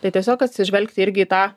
tai tiesiog atsižvelgti irgi į tą